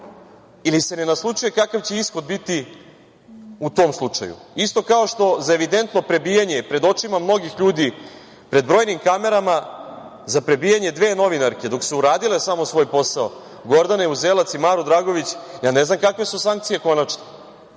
ili se ne naslućuje kakav će ishod biti u tom slučaju, isto kao što za evidentno prebijanje pred očima mnogih ljudi, pred brojnim kamerama za prebijanje dve novinarke dok su radile samo svoj posao Gordane Uzelac i Maru Dragović. Ne znam kakve su sankcije konačne,